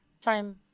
time